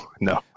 no